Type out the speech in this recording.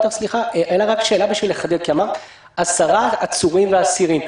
אמרת 10 עצורים ואסירים.